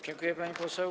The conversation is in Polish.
Dziękuję, pani poseł.